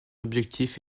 objectif